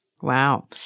Wow